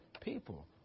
people